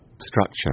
structure